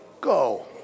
go